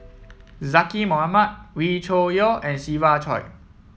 Zaqy Mohamad Wee Cho Yaw and Siva Choy